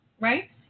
Right